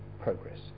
progress